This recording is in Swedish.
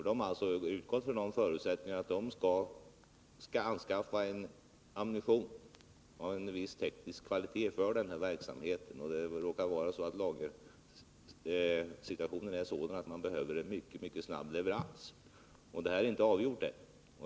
Den har utgått från de förutsättningarna att det är fråga om ammunition av viss teknisk kvalitet för den verksamhet det gäller och att lagersituationen råkar vara sådan att det behövs en mycket snabb leverans. Ärendet är ännu inte avgjort.